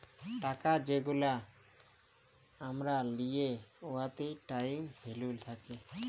টাকা যেগলা আমরা লিই উয়াতে টাইম ভ্যালু থ্যাকে